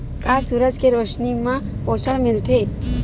का सूरज के रोशनी म पोषण मिलथे?